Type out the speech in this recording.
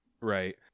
Right